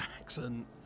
accent